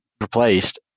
replaced